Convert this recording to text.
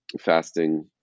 fasting